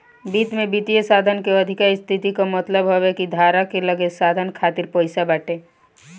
वित्त में वित्तीय साधन के अधिका स्थिति कअ मतलब हवे कि धारक के लगे साधन खातिर पईसा बाटे